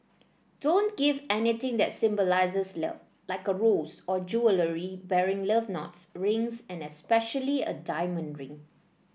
don't give anything that symbolises love like a rose or jewellery bearing love knots rings and especially a diamond ring